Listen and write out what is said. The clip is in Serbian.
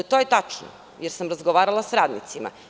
To je tačno, jer sam razgovarala sa radnicima.